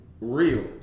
real